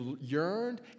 yearned